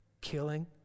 killing